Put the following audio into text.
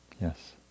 Yes